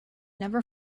never